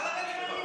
את יכולה לרדת כבר.